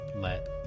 let